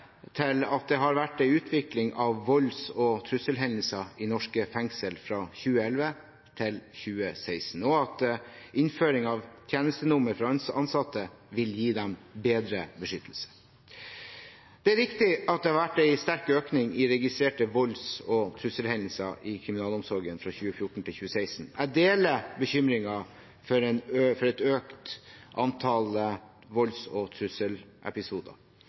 til at det har vært en utvikling av volds- og trusselhendelser i norske fengsler fra 2011 til 2016, og at innføring av tjenestenummer for ansatte vil gi dem bedre beskyttelse. Det er riktig at det har vært en sterk økning i registrerte volds- og trusselhendelser i kriminalomsorgen fra 2014 til 2016. Jeg deler bekymringen for et økt antall volds- og trusselepisoder.